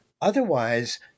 otherwise